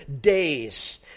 days